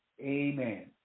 amen